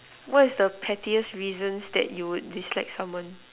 what is the pettiest reasons that you would dislike someone